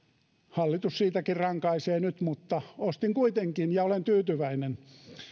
hallitus siitäkin rankaisee nyt mutta ostin kuitenkin ja olen tyytyväinen